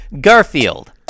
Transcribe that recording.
Garfield